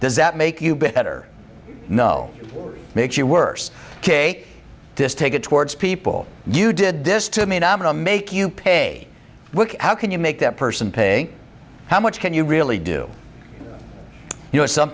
does that make you better no makes you worse ok this take it towards people you did this to me a nominal make you pay how can you make that person pay how much can you really do you know some